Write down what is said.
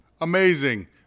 amazing